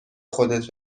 خودت